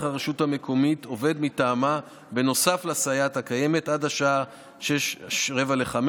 הרשות המקומית עובד מטעמה בנוסף לסייעת הקיימת עד השעה 16:45,